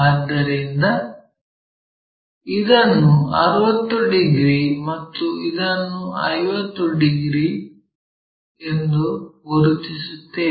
ಆದ್ದರಿಂದ ಇದನ್ನು 60 ಡಿಗ್ರಿ ಮತ್ತು ಇದನ್ನು 50 ಡಿಗ್ರಿ ಎಂದು ಗುರುತಿಸುತ್ತೇವೆ